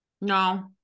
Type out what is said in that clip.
No